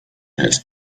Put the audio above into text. has